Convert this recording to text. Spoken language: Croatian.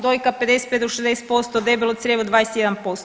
Dojka 55 do 60%, debelo crijevo 21%